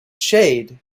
shade